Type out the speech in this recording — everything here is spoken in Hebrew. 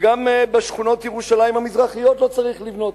שגם בשכונות ירושלים המזרחיות לא צריך לבנות,